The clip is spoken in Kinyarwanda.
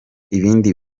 ibindi